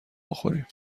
بخوریم